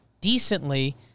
decently